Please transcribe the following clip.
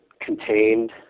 contained